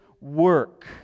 work